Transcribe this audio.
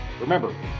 Remember